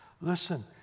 Listen